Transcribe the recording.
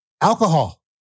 alcohol